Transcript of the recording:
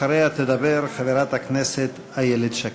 אחריה תדבר חברת הכנסת איילת שקד.